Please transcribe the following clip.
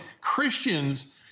Christians